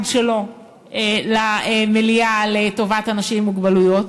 שלו במליאה לטובת אנשים עם מוגבלויות.